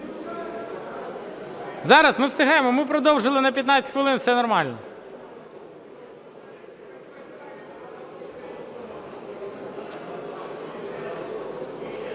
Зараз, ми встигаємо, ми продовжили на 15 хвилин, все нормально.